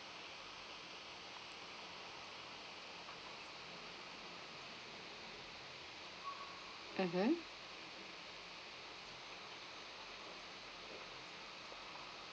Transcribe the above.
mmhmm